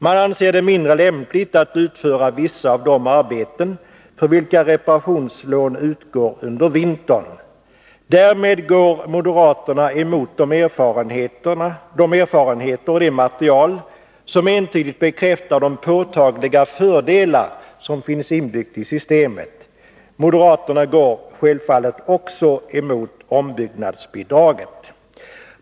De anser det mindre lämpligt att vissa av de arbeten för vilka reparationslån utgår utförs under vintern. Därmed går moderaterna emot de erfarenheter och det material som entydigt bekräftar de påtagliga fördelar som finns inbyggt i systemet. Moderaterna går självfallet också emot ombyggnadsbidraget.